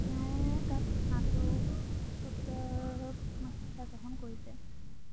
তেওঁ তাত স্নাতকোত্তৰৰ শিক্ষা গ্ৰহণ কৰিছে